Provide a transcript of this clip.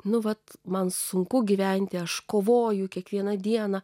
nu vat man sunku gyventi aš kovoju kiekvieną dieną